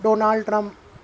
donald trump